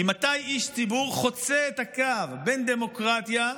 כי מתי איש ציבור חוצה את הקו בין דמוקרטיה,